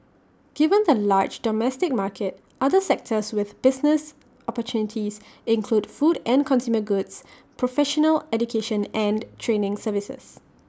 given the large domestic market other sectors with business opportunities include food and consumer goods professional education and training services